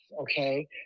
okay